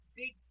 big